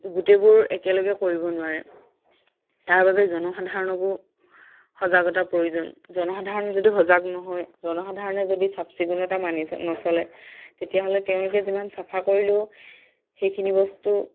গোটেইবোৰ একেলগে কৰিব নোৱাৰে তাৰ বাবে জনসাধাৰণকো সজাগতাৰ প্ৰয়োজন জনসাধাৰণ যদি সজাগ নহয় জনসাধাৰণে যদি চাফ চিকুণতা মানি নচলে তেতিয়াহ'লে তেওঁলোকে যিমান চাফা কৰিলেও সেইখিনি বস্তু